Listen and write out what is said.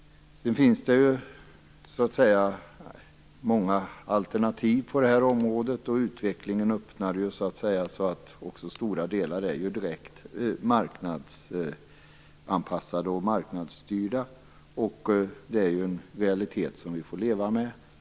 Sedan finns det ju många alternativ på området. Utvecklingen har gjort att stora delar är direkt marknadsanpassade och marknadsstyrda, vilket är en realitet som vi får leva med.